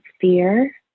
fear